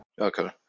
Okay